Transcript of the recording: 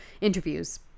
interviews